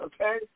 Okay